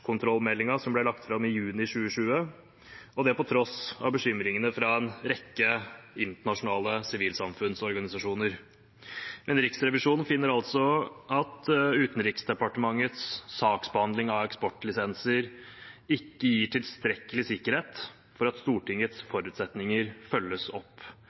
som ble lagt fram i juni 2020, og det på tross av bekymringene fra en rekke internasjonale sivilsamfunnsorganisasjoner. Men Riksrevisjonen finner altså at Utenriksdepartementets saksbehandling av eksportlisenser ikke gir tilstrekkelig sikkerhet for at Stortingets forutsetninger følges opp,